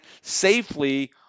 safely